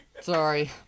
Sorry